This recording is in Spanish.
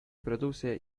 produce